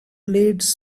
blades